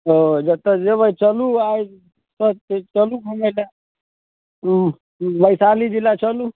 ओ जत्तऽ जेबै चलू आइ सब कोइ चलु घूमै लए उह उ वैशाली जिला चलू